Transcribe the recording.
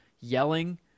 yelling